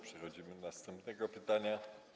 Przechodzimy do następnego pytania.